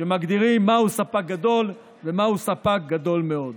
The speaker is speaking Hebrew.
שמגדירים מהו ספק גדול ומהו ספק גדול מאוד.